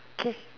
okay